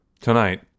tonight